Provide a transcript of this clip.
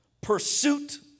pursuit